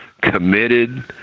committed